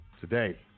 Today